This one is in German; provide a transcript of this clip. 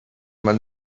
man